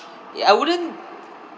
ya I wouldn't